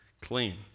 clean